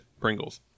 pringles